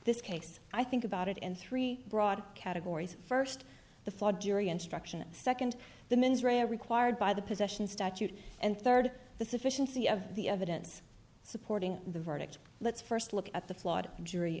this case i think about it in three broad categories first the flawed jury instruction second the mens rea a required by the possession statute and third the sufficiency of the evidence supporting the verdict let's first look at the flawed jury